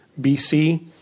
BC